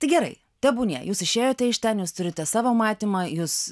tai gerai tebūnie jūs išėjote iš ten jūs turite savo matymą jūs